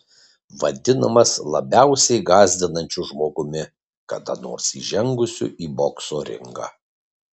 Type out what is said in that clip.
vadinamas labiausiai gąsdinančiu žmogumi kada nors įžengusiu į bokso ringą